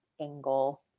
angle